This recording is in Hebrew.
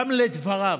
גם לדבריו.